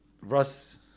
Russ